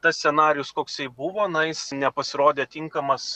tas scenarijus koksai buvo na jis nepasirodė tinkamas